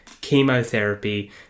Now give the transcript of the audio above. chemotherapy